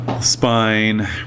spine